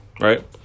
right